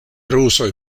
rusoj